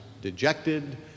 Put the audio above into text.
dejected